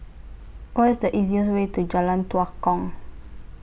What IS The easiest Way to Jalan Tua Kong